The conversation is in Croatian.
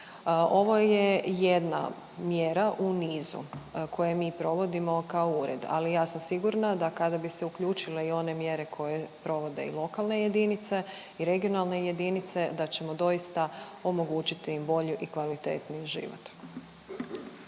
Ovo je jedna mjera u nizu koje mi provodimo kao ured, ali ja sam sigurna da kada bi se uključile i one mjere koje provode i lokalne jedinica i regionalne jedinice da ćemo doista omogućiti im bolji i kvalitetniji život.